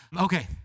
Okay